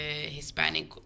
Hispanic